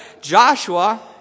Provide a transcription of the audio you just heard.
Joshua